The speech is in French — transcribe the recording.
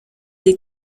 des